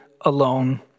alone